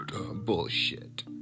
Bullshit